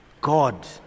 God